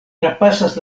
trapasas